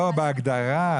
בהגדרה.